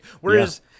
Whereas